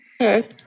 Okay